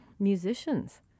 musicians